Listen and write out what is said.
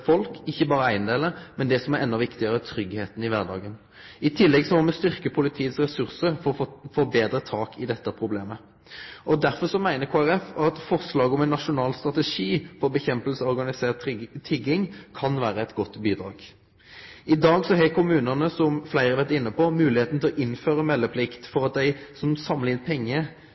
folk ikkje berre eigedelar, men det som er enda viktigare, tryggleiken i kvardagen. I tillegg må me styrkje ressursane til politiet for å få betre tak på dette problemet. Derfor meiner Kristeleg Folkeparti at forslaget om ein nasjonal strategi for å kjempe mot organisert tigging kan vere eit godt bidrag. I dag har kommunane, som fleire har vore inne på, moglegheit til å innføre meldeplikt for dei som skal samle inn pengar,